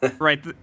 Right